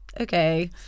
okay